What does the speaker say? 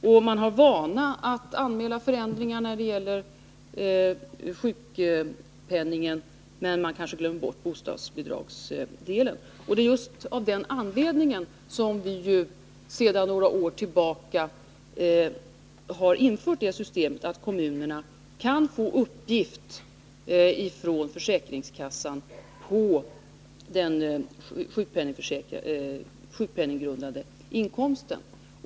Man har för vana att anmäla inkomstförändringar när det gäller sjukpenningen, men man kanske glömmer bort bostadsbidragsdelen. Det är just av den anledningen som vi för några år sedan införde det systemet att kommunerna från försäkringskassan kan få uppgift om den sjukpenninggrundande inkomsten.